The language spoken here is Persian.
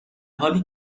حالی